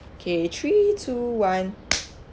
K three two one